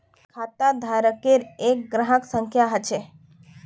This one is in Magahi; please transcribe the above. खाताधारकेर एक ग्राहक संख्या ह छ